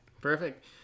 Perfect